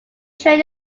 train